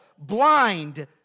Blind